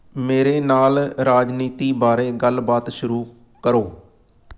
ਮੇਰੇ ਨਾਲ ਰਾਜਨੀਤੀ ਬਾਰੇ ਗੱਲਬਾਤ ਸ਼ੁਰੂ ਕਰੋ